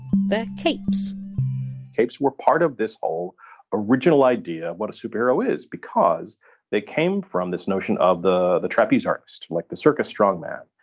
capes capes were part of this old original idea what a superhero is, because they came from this notion of the the trapeze artist, like the circus strongman.